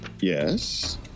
Yes